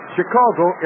Chicago